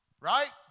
Right